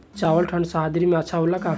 चावल ठंढ सह्याद्री में अच्छा होला का?